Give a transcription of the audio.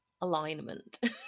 alignment